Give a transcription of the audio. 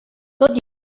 tot